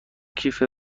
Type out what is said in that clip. کیف